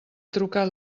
trucat